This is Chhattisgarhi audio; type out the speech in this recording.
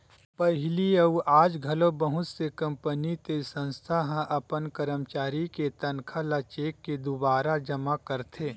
पहिली अउ आज घलो बहुत से कंपनी ते संस्था ह अपन करमचारी के तनखा ल चेक के दुवारा जमा करथे